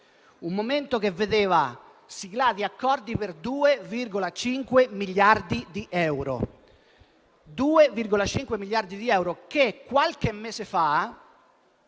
un momento che vedeva siglati accordi per 2,5 miliardi di euro, che qualche mese fa